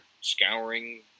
scouring